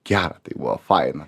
gera tai buvo faina